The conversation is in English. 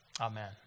Amen